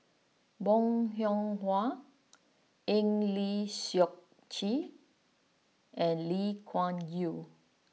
Bong Hiong Hwa Eng Lee Seok Chee and Lee Kuan Yew